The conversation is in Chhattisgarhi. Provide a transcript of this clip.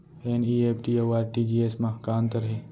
एन.ई.एफ.टी अऊ आर.टी.जी.एस मा का अंतर हे?